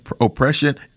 oppression